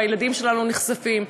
והילדים שלנו נחשפים.